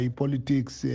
politics